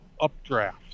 updraft